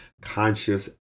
conscious